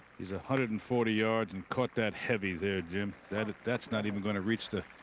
he's a hundred and forty yards. and caught that heavy there jim that that's not even going to reach the.